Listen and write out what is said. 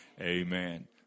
Amen